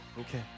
Okay